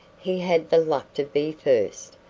he had the luck to be first,